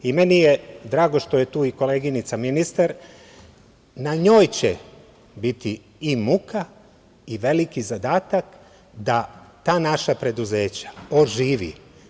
Drago mi je što je tu i koleginica ministar, na njoj će biti i muka i veliki zadatak da ta naša preduzeća oživi.